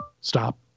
Stop